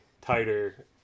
tighter